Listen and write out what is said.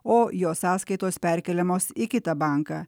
o jo sąskaitos perkeliamos į kitą banką